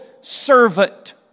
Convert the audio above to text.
servant